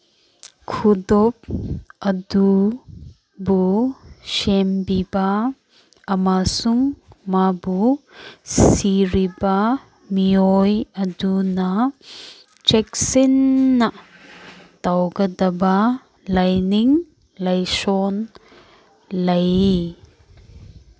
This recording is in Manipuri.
ꯈꯨꯗꯣꯞ ꯑꯗꯨꯕꯨ ꯁꯦꯝꯕꯤꯕ ꯑꯃꯁꯨꯡ ꯃꯥꯕꯨ ꯁꯤꯔꯤꯕ ꯃꯤꯑꯣꯏ ꯑꯗꯨꯅ ꯆꯦꯛꯁꯤꯟꯅ ꯇꯧꯒꯗꯕ ꯂꯥꯏꯅꯤꯡ ꯂꯥꯏꯁꯣꯟ ꯂꯩ